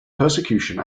persecution